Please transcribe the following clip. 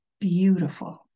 beautiful